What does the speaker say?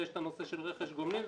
ויש את הנושא של רכש גומלין,